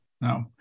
no